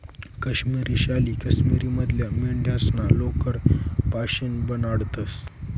काश्मिरी शाली काश्मीर मधल्या मेंढ्यास्ना लोकर पाशीन बनाडतंस